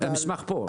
המסמך הוא פה.